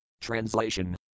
Translation